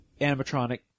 animatronic